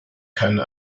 keine